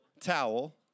towel